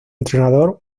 entrenador